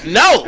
no